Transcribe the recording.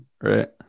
right